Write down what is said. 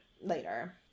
later